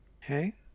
Hey